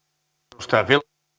arvoisa